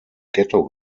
ghetto